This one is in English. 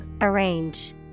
arrange